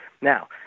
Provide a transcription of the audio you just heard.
Now